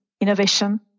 innovation